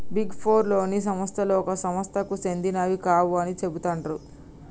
big four లోని సంస్థలు ఒక సంస్థకు సెందినవి కావు అని చెబుతాండ్రు